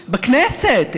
בכנסת,